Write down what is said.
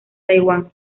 taiwán